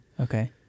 Okay